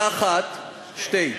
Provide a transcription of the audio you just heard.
באחת, שתי.